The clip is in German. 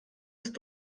ist